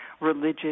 religious